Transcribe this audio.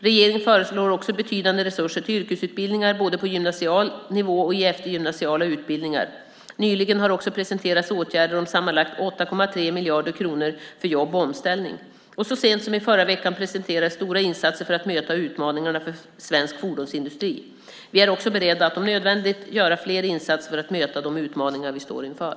Regeringen föreslår också betydande resurser till yrkesutbildningar, både på gymnasial nivå och i eftergymnasiala utbildningar. Nyligen har också presenterats åtgärder om sammanlagt 8,3 miljarder kronor för jobb och omställning. Och så sent som i förra veckan presenterades stora insatser för att möta utmaningarna för svensk fordonsindustri. Vi är också beredda att om nödvändigt göra fler insatser för att möta de utmaningar vi står inför.